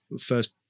first